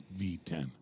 V10